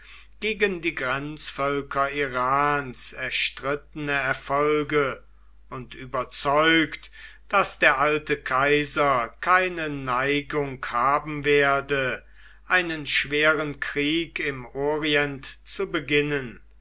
gegen die grenzvölker irans erstrittene erfolge und überzeugt daß der alte kaiser keine neigung haben werde einen schweren krieg im orient zu beginnen